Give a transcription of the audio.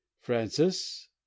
francis